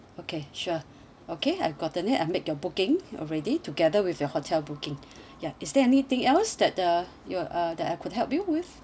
okay sure okay I've gotten it I make your booking already together with your hotel booking ya is there anything else that the ya uh that I could help you with